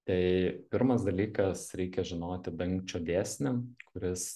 tai pirmas dalykas reikia žinoti dangčio dėsnį kuris